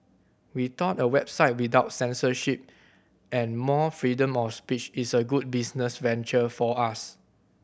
we thought a website without censorship and more freedom of speech is a good business venture for us